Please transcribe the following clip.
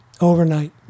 Overnight